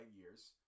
years